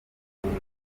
ariko